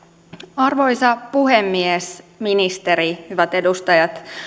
arvoisa puhemies ministeri hyvät edustajat